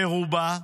מרובע,